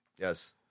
Yes